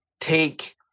take